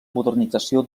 modernització